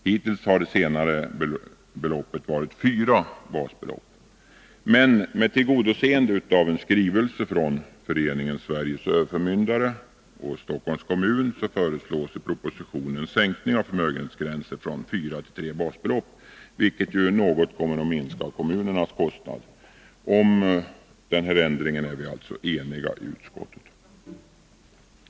Hittills har det senare beloppet varit fyra basbelopp, men med tillgodoseende av en skrivelse från föreningen Sveriges överförmyndare och Stockholms kommun föreslås i propositionen en sänkning av förmögenhetsgränsen från fyra till tre basbelopp, vilket något kommer att minska kommunernas kostnader. Om denna ändring är vi alltså eniga i utskottet.